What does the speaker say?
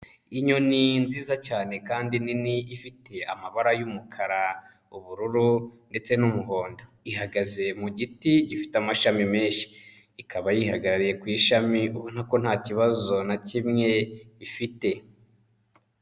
Inyoni nziza cyane kandi nini ifite amabara y'umukara, ubururu ndetse n'umuhondo ihagaze mu giti gifite amashami menshi, ikaba yihagarariye ku ishami ubona ko nta kibazo na kimwe ifite.